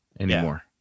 anymore